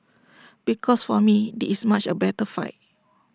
because for me this is A much better fight